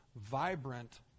vibrant